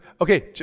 okay